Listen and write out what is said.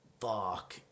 fuck